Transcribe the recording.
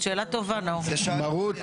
מרות